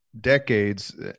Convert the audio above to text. decades